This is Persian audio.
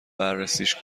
بررسیش